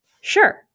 Sure